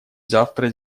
завтра